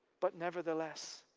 but nevertheless,